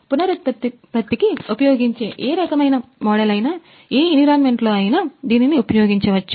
పునరుత్పత్తికి ఉపయోగించే ఏ రకమైన మోడల్ అయినా ఏ ఎన్విరాన్మెంట్ లో అయినా దీనిని ఉపయోగించవచ్చు